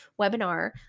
webinar